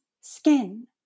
skin